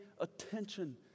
attention